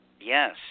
Yes